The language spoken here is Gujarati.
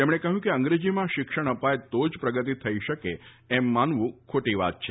તેમણે કહ્યું કે અંગ્રેજીમાં શિક્ષણ અપાય તો જ પ્રગતિ થઈ શકે એમ માનવું ખોટી વાત છે